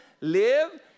Live